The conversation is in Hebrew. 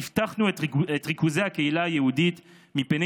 אבטחנו את ריכוזי הקהילה היהודית מפני